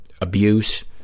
abuse